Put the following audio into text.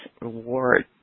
reward